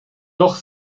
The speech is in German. doch